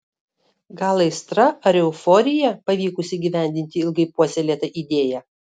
gal aistra ar euforija pavykus įgyvendinti ilgai puoselėtą idėją